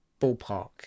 ballpark